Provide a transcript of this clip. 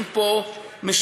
אם פה משנים,